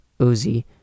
Uzi